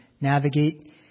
navigate